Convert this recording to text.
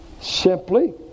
Simply